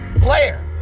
player